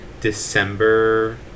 december